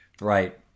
Right